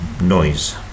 noise